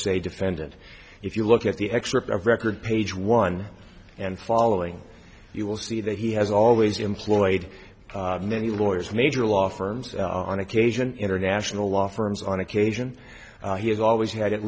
se defendant if you look at the excerpt of record page one and following you will see that he has always employed many lawyers major law firms on occasion international law firms on occasion he has always had